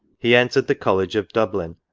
he entered the college of dublin,